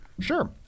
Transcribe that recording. Sure